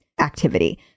activity